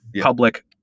public